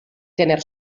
tener